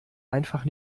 einfach